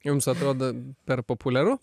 jums atrodo per populiaru